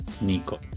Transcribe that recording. Nico